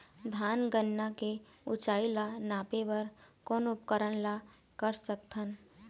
धान गन्ना के ऊंचाई ला नापे बर कोन उपकरण ला कर सकथन?